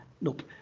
Nope